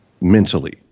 mentally